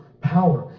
power